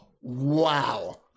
wow